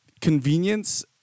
convenience